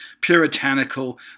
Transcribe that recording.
puritanical